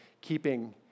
keeping